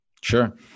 sure